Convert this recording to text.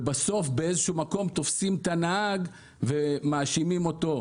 ובסוף באיזשהו מקום תופסים את הנהג ומאשימים אותו.